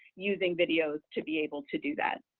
using videos to be able to do that,